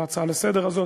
בהצעה לסדר-יום הזאת,